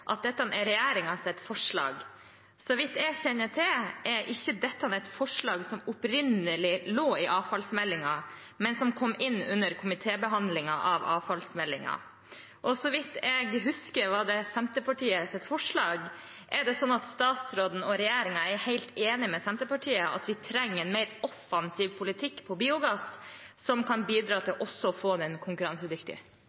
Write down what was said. at dette er regjeringens forslag? Så vidt jeg kjenner til, er ikke dette et forslag som opprinnelig lå i avfallsmeldingen, men som kom inn under komitébehandlingen av avfallsmeldingen. Og så vidt jeg husker, var det Senterpartiets forslag. Er det sånn at statsråden og regjeringen er helt enig med Senterpartiet i at vi trenger en mer offensiv politikk på biogass, som også kan bidra